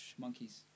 monkeys